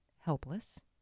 helpless